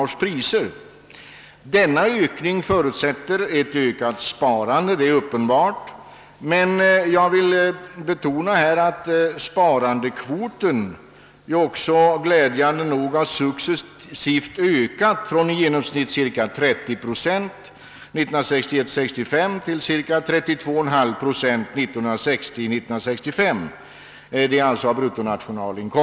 Det är uppenbart att denna ökning förutsätter ett ökat sparande, men jag vill här betona, att sparandekvoten också glädjande nog har successivt ökat från i genomsnitt cirka 30 procent av bruttonationalinkomsten 1955—1959 till cirka 32,5 procent 1960—1964.